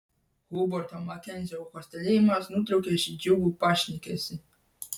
hobarto makenzio kostelėjimas nutraukė šį džiugų pašnekesį